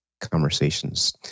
conversations